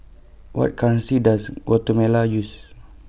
What currency Does Guatemala use